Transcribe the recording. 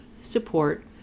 support